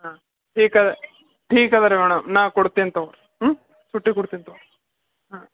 ಹಾಂ ಠೀಕ ಠೀಕದರೀ ಮೇಡಮ್ ನಾ ಕೊಡ್ತೇನೆ ತಗೊರೀ ಹ್ಞೂ ಸುಟ್ಟಿ ಕೊಡ್ತೇನೆ ತಗೋರಿ ಹ್ಞೂ